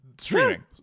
streaming